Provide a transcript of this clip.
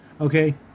Okay